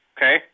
Okay